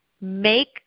make